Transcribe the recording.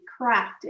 crafted